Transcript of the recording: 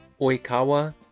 Oikawa